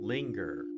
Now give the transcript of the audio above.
Linger